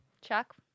chuck